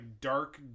dark